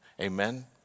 Amen